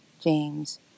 James